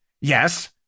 Yes